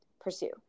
pursue